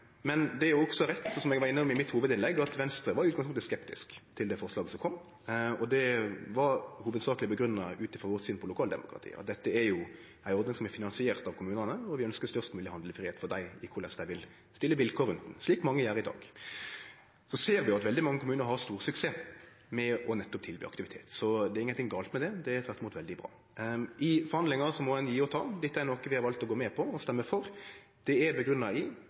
Men det er også rett, som eg nemnde i mitt hovudinnlegg, at vi i Venstre i utgangspunktet var skeptiske til det forslaget som kom, og det var hovudsakleg ut frå vårt syn på lokaldemokratiet. Dette er jo ei ordning som er finansiert av kommunane, og vi ønskjer størst mogleg handlefridom for dei, med omsyn til korleis dei vil stille vilkår, slik mange gjer i dag. Så ser vi at veldig mange kommunar har stor suksess med nettopp å tilby aktivitet, så det er ingenting gale med det; det er tvert imot veldig bra. I forhandlingar må ein gje og ta. Dette er noko vi har valt å gå med på og stemme for. Det er grunngjeve i